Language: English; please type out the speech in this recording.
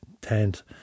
tent